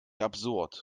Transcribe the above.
absurd